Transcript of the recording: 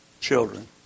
children